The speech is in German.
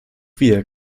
wir